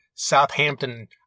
Southampton